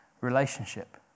Relationship